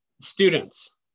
students